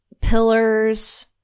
pillars